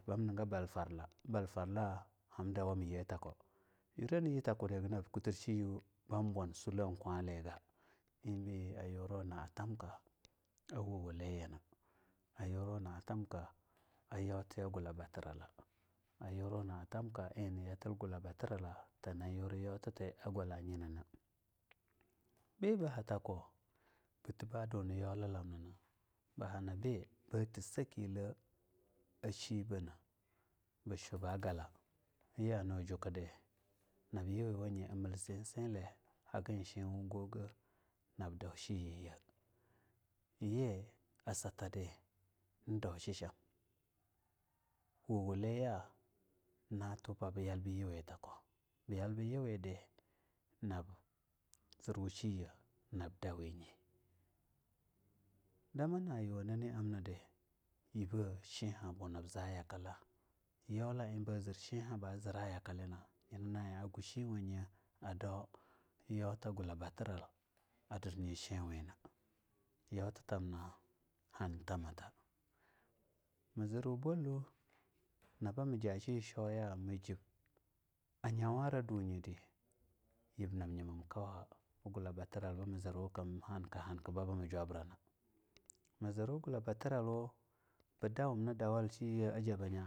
Ar bu nigim bal farla di bal falla ham dawa mmayee takko taba yuwum takudi hagge nab yiw shiea ban bulan ballaga iebe ayura naa tamka a wuwuliyina a yuro naa tamka a yautiena gulabatira a yuro naa tamka a izni na yatil gula batirala ta wura yautti a walla nyinanah. Biba ha takko batie ba duna yaulilamnina ba habiba tu sakiye a shibeana bishwa ba galla yianu jukkadi nab yuwiwaye a mel tsetse le haggana she wugoga nab dau shinye ye yi satadi ee dau shisham wuwuliya na tuba ba bu yalbu yuwedi nab zarwu shi ye nab dawenye demena yuwana amnidi yibbea shihabunab za a yakalla, yaulla ee ba zer shiha ba zerra yakalina nyina agu shiwanye adau yauta gu labatirala adir nye shiwena yautitamna hantamata mazirwu ballwuwa na ma ja shi shwoya majib a nyawara dnyidi yib nab nyimim kauha bu gula bati ralla ma zirwa kam hanka-hanka mah jubrana ma zirwu gulabatiral ba dawumna dawa shiye a jeba.